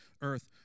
earth